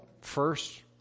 first